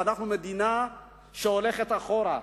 אנחנו מדינה שהולכת אחורה.